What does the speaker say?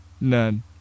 None